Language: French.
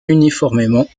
uniformément